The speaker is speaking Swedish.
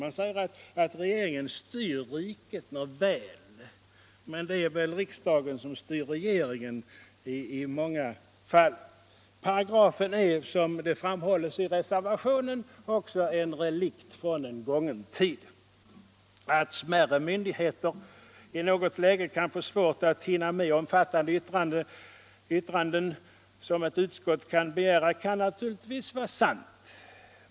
Man säger att regeringen styr riket. Nåväl, men det är väl riksdagen som styr regeringen även om det är svårt. Denna paragraf är som framhålls i reservationen en relikt från en gången tid. Att smärre myndigheter i något läge kan få svårt att hinna med omfattande yttranden, som ett utskott kan begära, kan naturligtvis vara sant.